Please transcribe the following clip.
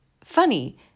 Funny